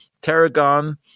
tarragon